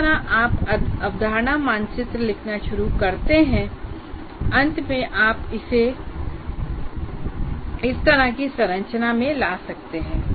जिस तरह से आप अवधारणा मानचित्र लिखना शुरू करते हैं अंत में आप इसे इस तरह की संरचना में ला सकते हैं